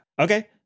Okay